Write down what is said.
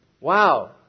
wow